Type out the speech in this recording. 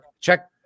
check